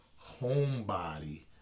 homebody